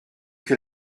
que